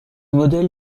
modèle